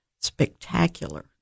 spectacular